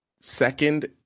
Second